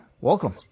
welcome